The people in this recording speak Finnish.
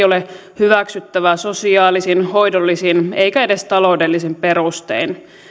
ole hyväksyttävä sosiaalisin hoidollisin eikä edes taloudellisin perustein